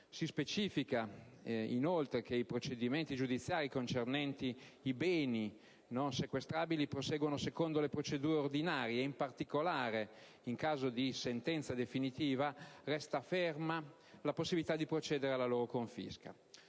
Si specifica, inoltre, che i procedimenti giudiziari concernenti i beni non sequestrabili proseguono secondo le procedure ordinarie e, in particolare, in caso di sentenza definitiva, resta ferma la possibilità di procedere alla loro confisca.